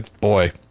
Boy